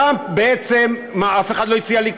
טראמפ, בעצם, מה, אף אחד לא הציע לי כלום.